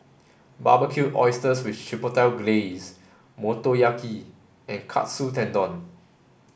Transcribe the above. Barbecued Oysters with Chipotle Glaze Motoyaki and Katsu Tendon